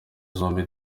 zombi